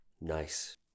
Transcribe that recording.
Nice